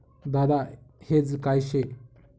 दादा हेज काय शे?